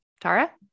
Tara